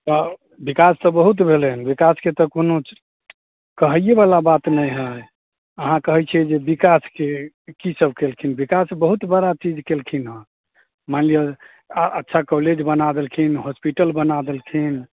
तऽ बिकास तऽ बहुत भेलै हन बिकासके तऽ कोनो कहएबला बात नहि हए अहाँ कहैत छियै जे बिकास की सब कएलखिन बिकास बहुत बड़ा चीज कएलखिन हन मानि लिअ आ अच्छा कौलेज बना देलखिन होस्पिटल बना देलखिन